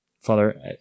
Father